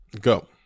Go